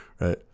right